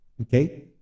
Okay